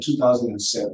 2007